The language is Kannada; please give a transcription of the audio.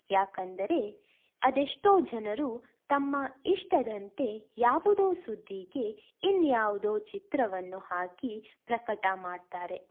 ಯಾಕೆಂದರೆ ಅದೆಷ್ಟೋ ಜನರು ತಮ್ಮ ಇಷ್ಟದಂತೆ ಯಾವುದೋ ಸುದ್ದಿಗೆ ಇನ್ಯಾವುದೋ ಚಿತ್ರವನ್ನು ಹಾಕಿ ಪ್ರಕಟ ಮಾಡ್ತಾರೆ